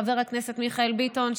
חבר הכנסת מיכאל ביטון,